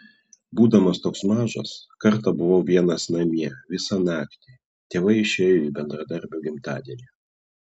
būdamas toks mažas kartą buvau vienas namie visą naktį tėvai išėjo į bendradarbio gimtadienį